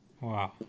Wow